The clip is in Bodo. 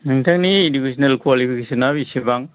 नोंथांनि इडुकेसनेल क्वालिफिकेसन आ बेसेबां